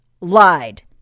lied